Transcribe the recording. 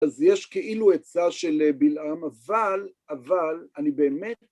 אז יש כאילו עיצה של בלעם, אבל, אבל, אני באמת...